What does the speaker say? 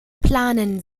planen